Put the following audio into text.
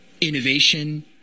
innovation